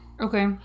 Okay